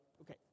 Okay